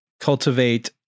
cultivate